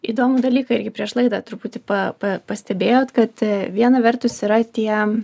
įdomų dalyką irgi prieš laidą truputį pa pa pastebėjot kad viena vertus yra tie